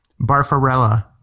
Barfarella